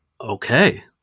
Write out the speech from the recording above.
Okay